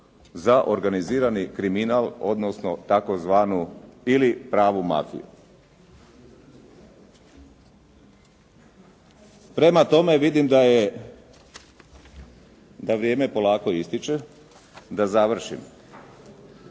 za organizirani kriminal odnosno tzv. ili pravu … /Govornik se ne razumije./ … Prema tome vidim da je, da vrijeme polako ističe da završim.